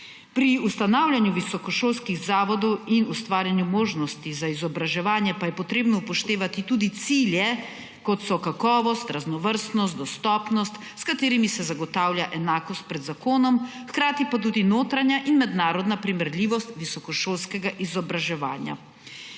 Pri ustanavljanju visokošolskih zavodov in ustvarjanju možnosti za izobraževanje pa je potrebno upoštevati tudi cilje, kot so kakovost, raznovrstnost, dostopnost, s katerimi se zagotavlja enakost pred zakonom, hkrati pa tudi notranja in mednarodna primerljivost visokošolskega izobraževanja.